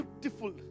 Beautiful